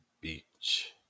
Beach